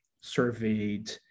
surveyed